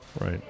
right